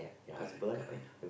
correct correct